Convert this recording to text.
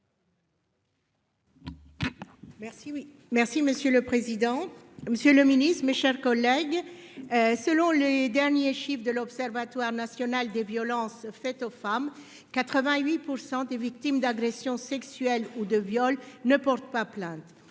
Monsieur le président, monsieur le ministre, mes chers collègues, selon les derniers chiffres de l'Observatoire national des violences faites aux femmes, 88 % des victimes d'agressions sexuelles ou de viols ne portent pas plainte.